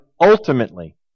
ultimately